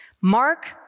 Mark